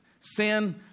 Sin